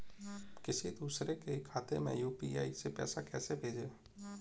किसी दूसरे के खाते में यू.पी.आई से पैसा कैसे भेजें?